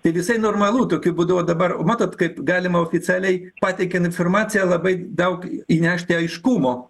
tai visai normalu tokiu būdu o dabar matot kaip galima oficialiai pateikėm informaciją labai daug įnešti aiškumo